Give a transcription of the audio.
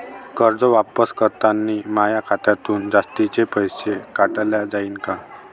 कर्ज वापस करतांनी माया खात्यातून जास्तीचे पैसे काटल्या जाईन का?